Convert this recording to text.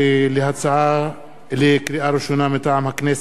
2012. לקריאה ראשונה, מטעם הכנסת: